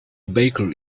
baker